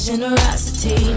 Generosity